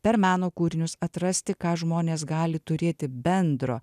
per meno kūrinius atrasti ką žmonės gali turėti bendro